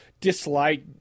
dislike